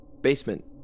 Basement